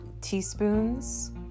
teaspoons